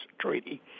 Treaty